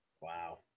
Wow